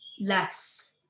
less